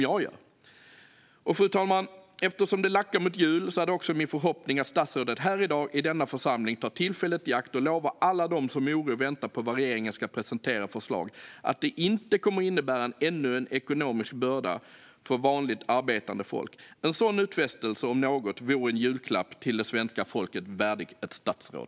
Fru talman! Eftersom det lackar mot jul är det också min förhoppning att statsrådet här i dag i denna församling tar tillfället i akt och lovar alla dem som med oro väntar på vad regeringen ska presentera för förslag att detta inte kommer innebära ännu en ekonomisk börda för vanligt arbetande folk. En sådan utfästelse, om något, vore en julklapp till det svenska folket värdig ett statsråd.